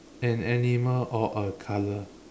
an animal or a color